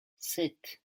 sept